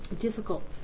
difficult